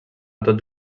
tots